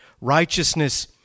Righteousness